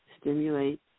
stimulate